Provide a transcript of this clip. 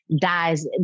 dies